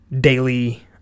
daily